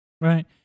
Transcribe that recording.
Right